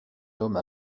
homme